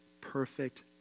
perfect